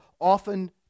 often